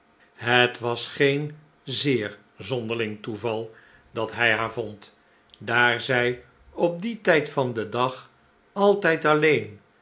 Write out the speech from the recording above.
het was geen zeer zonderling toeval dat hij haar vond daar zij op dien tijd van den dag altijd alleen